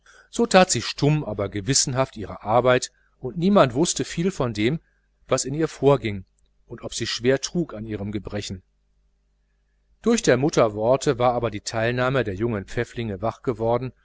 so tat sie stumm aber gewissenhaft ihre arbeit und niemand wußte viel von dem was in ihr vorging und ob sie schwer trug an ihrem gebrechen durch der mutter worte war aber die teilnahme der jungen pfäfflinge wach geworden